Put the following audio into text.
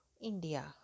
India